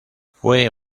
fue